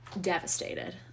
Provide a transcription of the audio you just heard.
devastated